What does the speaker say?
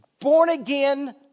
born-again